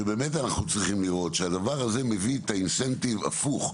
שבאמת אנחנו צריכים לראות שהדבר הזה מביא את האינסנטיב הפוך,